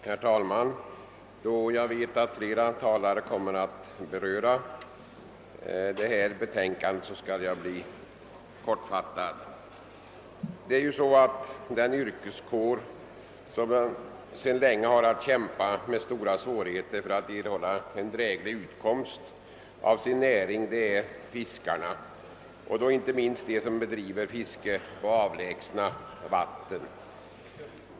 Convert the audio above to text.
Herr talman! Då jag vet att flera talare kommer att beröra detta betänkande skall jag bli kortfattad. En yrkeskår som sedan länge haft att kämpa med stora svårigheter för att erhålla en dräglig utkomst av sin näring är fiskarna och då inte minst de som bedriver fiske på avlägsna vatten.